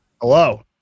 Hello